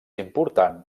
important